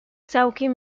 całkiem